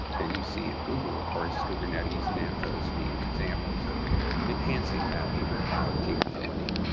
and you see at google, of course, kubernetes and anthos being examples of enhancing that inter-cloud capability.